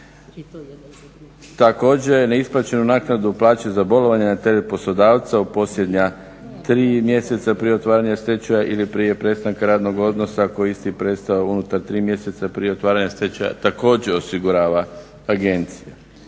Također, neisplaćenu naknadu plaće za bolovanja na teret poslodavca u posljednja tri mjeseca prije otvaranja stečaja ili prije prestanka radnog odnosa ako je isti prestao unutar tri mjeseca prije otvaranja stečaja također osigurava agencija.